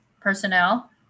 personnel